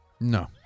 No